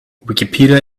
wikipedia